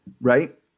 right